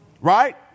Right